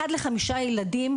אחד לחמישה ילדים,